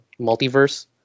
multiverse